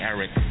Eric